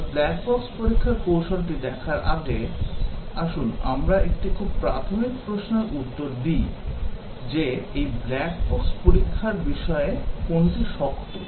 তবে black box পরীক্ষার কৌশলগুলি দেখার আগে আসুন আমরা একটি খুব প্রাথমিক প্রশ্নের উত্তর দিই যে এই ব্ল্যাক বক্স পরীক্ষার বিষয়ে কোনটি শক্ত